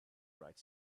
bright